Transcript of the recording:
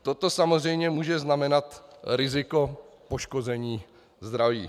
Toto samozřejmě může znamenat riziko poškození zdraví.